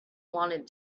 wanted